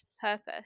purpose